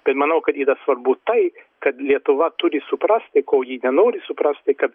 bet manau kad yra svarbu tai kad lietuva turi suprasti ko ji nenori suprasti kad